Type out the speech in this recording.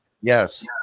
Yes